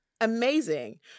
amazing